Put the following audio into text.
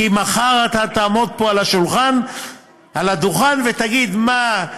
כי מחר אתה תעמוד פה על הדוכן ותגיד: מה,